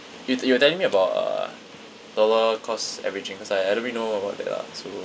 you you were telling me about uh dollar cost averaging cause I I don't know about that lah so